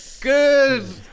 Good